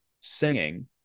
singing